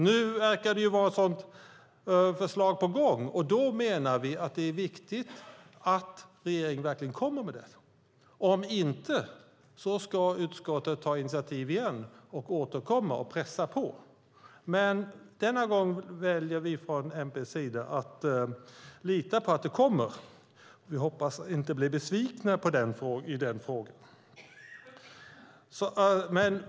Nu verkar det vara ett sådant förslag på gång. Då menar vi att det är viktigt att regeringen verkligen kommer med det. Om inte ska utskottet ta initiativ igen, återkomma och pressa på. Men denna gång väljer vi från MP:s sida att lita på att det kommer. Vi hoppas att vi inte blir besvikna i den frågan.